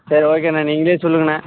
சரி ஓகேண்ணே நீங்களே சொல்லுங்கண்ணே